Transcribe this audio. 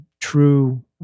true